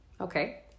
Okay